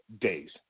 days